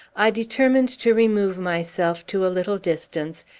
i determined to remove myself to a little distance,